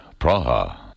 Praha